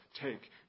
take